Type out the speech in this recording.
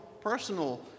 personal